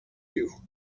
you